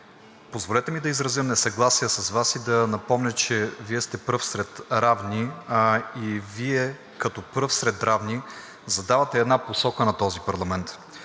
Позволете ми да изразя несъгласие с Вас и да напомня, че Вие сте пръв сред равни и като пръв сред равни Вие задавате една посока на този парламент.